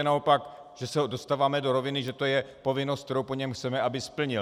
Naopak, dostáváme se do roviny, že to je povinnost, kterou po něm chceme, aby splnil.